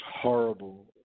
horrible